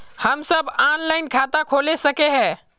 हम सब ऑनलाइन खाता खोल सके है?